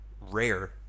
rare